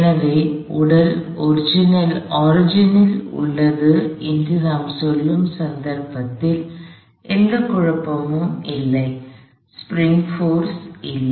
எனவே உடல் ஒரிஜின் ல் உள்ளது என்று நான் சொல்லும் சந்தர்ப்பத்தில் எந்த குழப்பமும் இல்லை ஸ்ப்ரிங் போர்ஸ் இல்லை